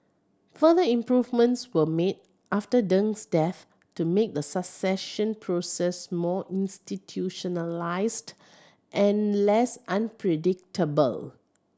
further improvements were made after Deng's death to make the succession process more institutionalised and less unpredictable